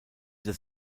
des